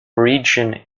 region